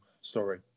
story